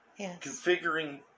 configuring